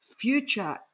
future